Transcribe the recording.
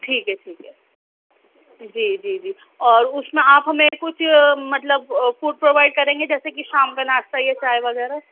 ٹھیک ہے ٹھیک ہے جی جی جی اور اس میں آپ ہمیں کچھ مطلب فوڈ پرووائڈ کریں گے جیسے کہ شام کا ناشتہ یا چائے وغیرہ